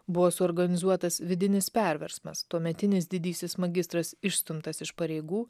buvo suorganizuotas vidinis perversmas tuometinis didysis magistras išstumtas iš pareigų